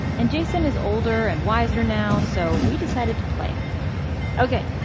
and jason is older and wiser now, so we decided to play it okay,